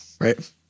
Right